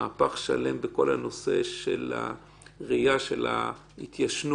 מהפך שלם בכל הנושא של הראיה של ההתיישנות